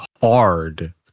hard